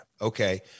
Okay